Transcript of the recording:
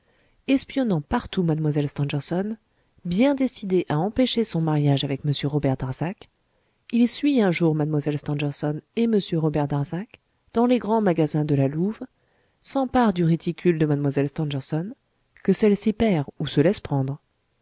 espionnant partout mlle stangerson bien décidé à empêcher son mariage avec m robert darzac il suit un jour mlle stangerson et m robert darzac dans les grands magasins de la louve s'empare du réticule de mlle stangerson que celle-ci perd ou se laisse prendre